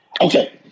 Okay